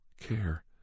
care